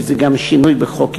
כי זה גם שינוי בחוק-יסוד.